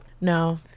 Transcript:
No